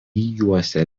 juosia